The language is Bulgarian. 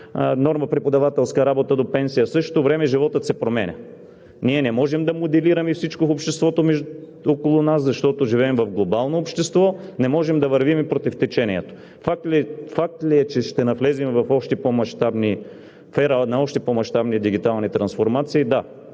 норма – преподавателска работа до пенсия. В същото време животът се променя. Ние не можем да моделираме всичко в обществото около нас, защото живеем в глобално общество, не можем да вървим и против течението. Факт ли е, че ще навлезем в ера на още по-мащабни дигитални трансформации? Да,